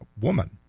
woman